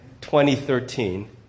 2013